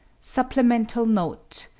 supplemental note.